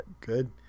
Good